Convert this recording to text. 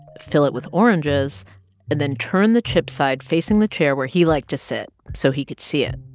fill it with oranges and then turn the chipped side facing the chair where he liked to sit so he could see it.